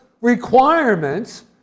requirements